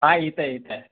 हां येतं आहे येतं आहे